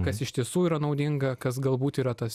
kas iš tiesų yra naudinga kas galbūt yra tas